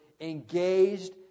engaged